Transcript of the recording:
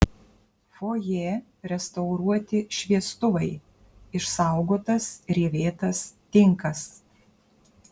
fojė restauruoti šviestuvai išsaugotas rievėtas tinkas